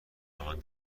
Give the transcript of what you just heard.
کارمند